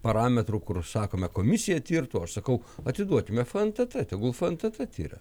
parametru kur sakome komisija tirtų aš sakau atiduokime fntt tegul fntt tiria